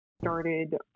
started